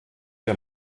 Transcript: der